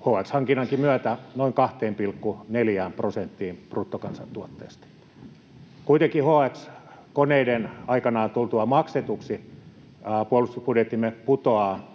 HX-hankinnankin myötä noin 2,4 prosenttiin bruttokansantuotteesta. Kuitenkin HX-koneiden aikanaan tultua maksetuksi puolustusbudjettimme putoaa